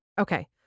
Okay